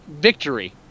victory